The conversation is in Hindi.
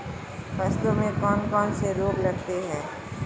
फसलों में कौन कौन से रोग लगते हैं?